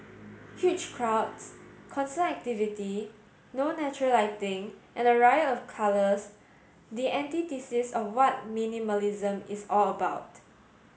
huge crowds constant activity no natural lighting and a riot of colours the antithesis of what minimalism is all about